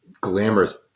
glamorous